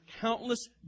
countless